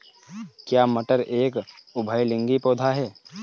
क्या मटर एक उभयलिंगी पौधा है?